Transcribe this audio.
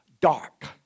dark